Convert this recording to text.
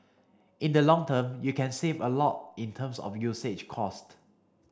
in the long term you can save a lot in terms of usage cost